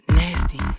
nasty